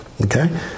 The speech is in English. okay